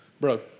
bro